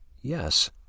Yes